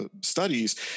studies